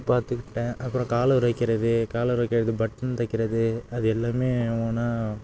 பார்த்துக்கிட்டேன் அப்புறம் காலர் வைக்கிறது காலர் வைக்கிறது பட்டன் தைக்கிறது அது எல்லாமே ஒவ்வொன்றா